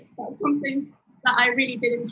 something i really do